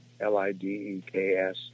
L-I-D-E-K-S